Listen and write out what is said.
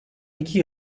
iki